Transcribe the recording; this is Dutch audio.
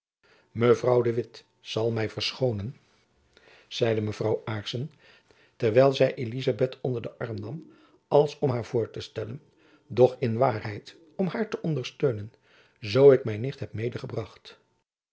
mevrouw de witt zal my verschonen zeide mevrouw aarssen terwijl zy elizabeth onder den arm nam als om haar voor te stellen doch in waarheid om haar te ondersteunen zoo ik mijn nicht heb medegebracht